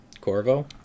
Corvo